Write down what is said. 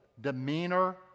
demeanor